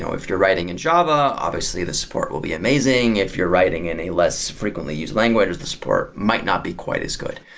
so if you're writing in java, obviously the support will be amazing. if you're writing in a less frequently used language, the support might not be quite as good.